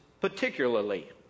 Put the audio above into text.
particularly